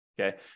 Okay